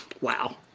Wow